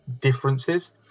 differences